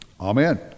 Amen